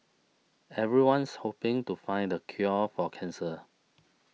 everyone's hoping to find the cure for cancer